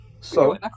So-